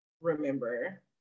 remember